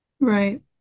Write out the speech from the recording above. Right